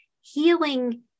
healing